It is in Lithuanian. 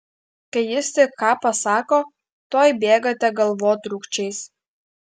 kai jis tik ką pasako tuoj bėgate galvotrūkčiais